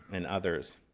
and others.